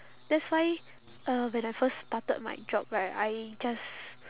that's why uh when I first started my job right I just